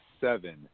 seven